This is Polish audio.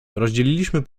rozdzieliliśmy